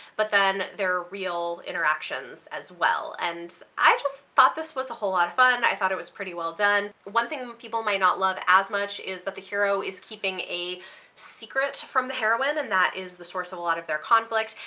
but then their real interactions as well, and i just thought this was a whole lot of fun. i thought it was pretty well done. one thing people might not love as much is that the hero is keeping a secret from the heroine and that is the source of a lot of their conflict,